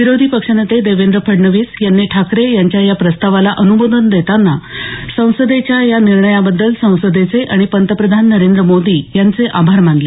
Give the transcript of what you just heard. विरोधी पक्ष नेते देवेंद्र फडणवीस यांनी ठाकरे यांच्या या प्रस्तावाला अनुमोदन देताना संसदेच्या या निर्णयाबद्दल संसदेचं आणि पंतप्रधान नरेंद्र मोदी यांचे आभार मानलं